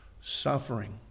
suffering